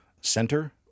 center